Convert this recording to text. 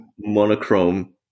monochrome